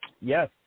Yes